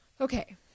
Okay